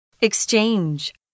Exchange